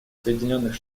соединенных